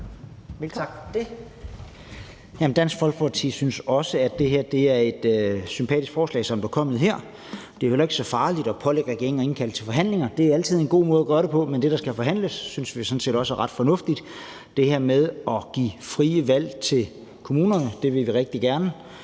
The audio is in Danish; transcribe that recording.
Dansk Folkeparti synes også, at det er et sympatisk forslag, som man kommer med her. Det er jo heller ikke så farligt at pålægge regeringen at indkalde til forhandlinger. Det er altid en god måde at gøre det på. Men det, der skal forhandles, synes vi sådan set også er ret fornuftigt. Det her med at give frie valg til kommunerne vil vi rigtig gerne.